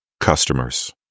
customers